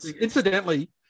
Incidentally